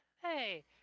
Hey